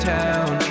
town